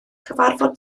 cyfarfod